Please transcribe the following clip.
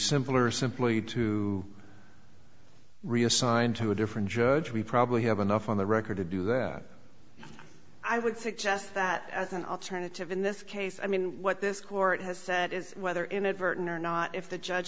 simpler simply to reassign to a different judge we probably have enough on the record to do that i would suggest that as an alternative in this case i mean what this court has said is whether inadvertent or not if the judge